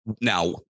Now